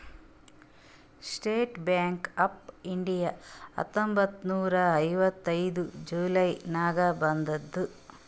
state Bank of India ಹತ್ತೊಂಬತ್ತ್ ನೂರಾ ಐವತ್ತೈದು ಜುಲೈ ನಾಗ್ ಬಂದುದ್